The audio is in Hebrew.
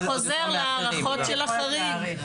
וזה חוזר להערכות של החריג.